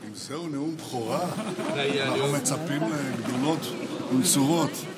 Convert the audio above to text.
נא לתפוס את מקומותיכם.